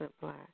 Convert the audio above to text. Black